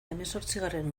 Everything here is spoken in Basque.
hemezortzigarren